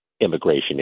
immigration